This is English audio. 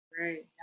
Right